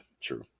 true